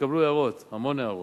והתקבלו הערות, המון הערות.